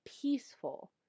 peaceful